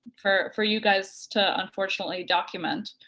for for you guys to, unfortunately, document.